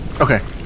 Okay